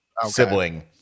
sibling